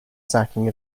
sacking